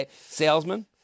salesman